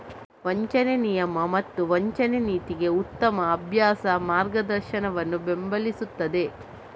ವಂಚನೆ ನಿಯಮ ಮತ್ತು ವಂಚನೆ ನೀತಿಗೆ ಉತ್ತಮ ಅಭ್ಯಾಸ ಮಾರ್ಗದರ್ಶನವನ್ನು ಬೆಂಬಲಿಸುತ್ತದೆ